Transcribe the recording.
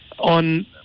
on